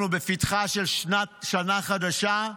אנחנו בפתחה של שנה חדשה,